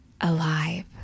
alive